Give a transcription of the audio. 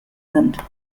sind